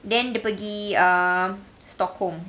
then dia pergi err stockholm